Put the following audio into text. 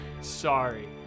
sorry